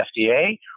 FDA